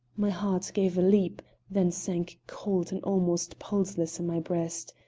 my heart gave a leap, then sank cold and almost pulseless in my breast.